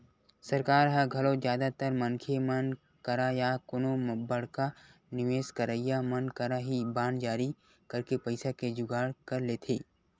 सरकार ह घलो जादातर मनखे मन करा या कोनो बड़का निवेस करइया मन करा ही बांड जारी करके पइसा के जुगाड़ कर लेथे